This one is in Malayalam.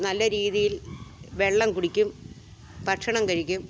നല്ല രീതിയിൽ വെള്ളം കുടിക്കും ഭക്ഷണം കഴിക്കും